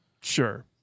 Sure